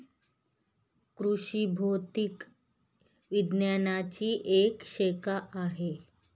कृषि भौतिकी विज्ञानची एक शाखा आहे